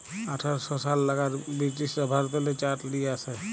আঠার শ সাল লাগাদ বিরটিশরা ভারতেল্লে চাঁট লিয়ে আসে